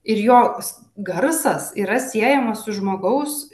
ir jo garsas yra siejamas su žmogaus